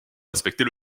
respecter